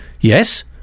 Yes